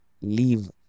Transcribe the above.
leave